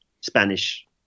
Spanish